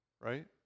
Right